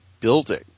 building